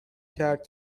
کرد